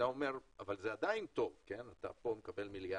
אתה אומר, זה עדיין טוב, אתה מקבל מיליארד,